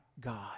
God